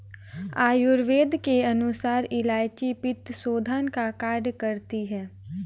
आयुर्वेद के अनुसार इलायची पित्तशोधन का कार्य करती है